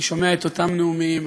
אני שומע את אותם נאומים,